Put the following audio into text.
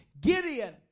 Gideon